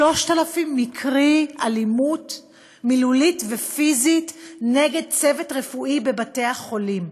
3,000 מקרי אלימות מילולית ופיזית נגד צוות רפואי בבתי-החולים.